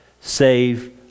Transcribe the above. save